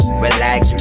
relax